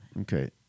Okay